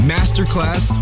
Masterclass